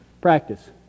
Practice